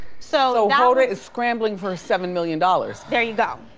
so hoda is scrambling for seven million dollars. there you go.